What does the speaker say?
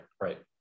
right